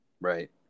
Right